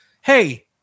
hey